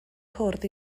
cwrdd